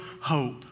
hope